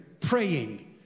praying